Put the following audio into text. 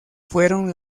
fueron